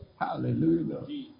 Hallelujah